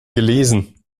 gelesen